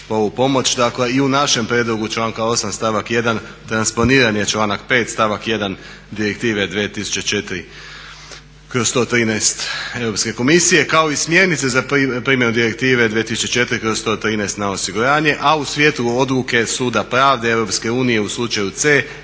u našem prijedlogu članka 8. stavak 1. transponiran je članak 5. stavak 1. Direktive 2004./113 Europske komisije kao i smjernice za primjenu Direktive 2004./113 na osiguranje a u svijetu odluke suda pravde Europske unije u